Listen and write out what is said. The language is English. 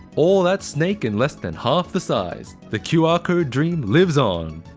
all that snake in less than half the size! the qr code dream lives on!